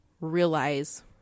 realize